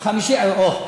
אוה,